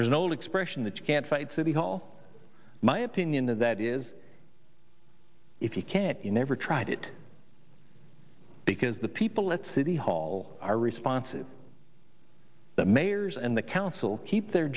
there's an old expression that you can't fight city hall my opinion of that is if you can't you never tried it because the people at city hall are responsive the mayors and the council keep their